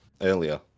earlier